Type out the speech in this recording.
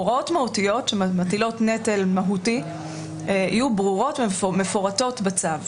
הוראות מהותיות שמטילות נטל מהותי יהיו ברורות ומפורטות בצו,